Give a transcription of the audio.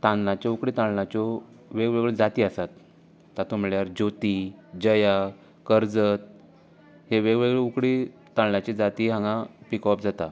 तांदळाच्यो उकड्या तांदळांच्यो वेगवेगळ्यो जाती आसात तातूंत म्हळ्यर ज्योती जया करजत हे वेगवेगळ्यो उकडी तांदळाच्यो जाती हांगा पिकोवप जाता